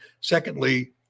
Secondly